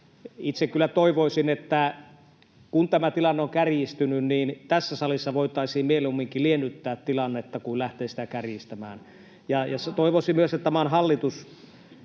Itse kyllä toivoisin, että kun tämä tilanne on kärjistynyt, niin tässä salissa voitaisiin mieluumminkin liennyttää tilannetta kuin lähteä sitä kärjistämään. Toivoisin myös, että maan hallitus